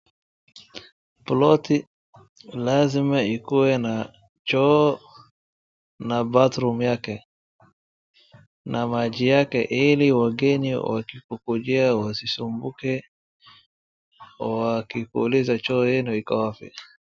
Ploti lazima ikuwe na choo na bathroom yake na maji yake ili wageni wakikukujia wasisumbuke wakikuuliza choo yenu iko wapi.